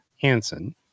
Hansen